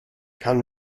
kann